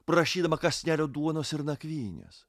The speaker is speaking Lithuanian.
prašydama kąsnelio duonos ir nakvynės